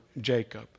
Jacob